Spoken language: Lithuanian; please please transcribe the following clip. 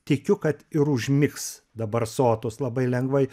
tikiu kad ir užmigs dabar sotus labai lengvai